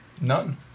None